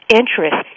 interest